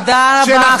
תודה רבה,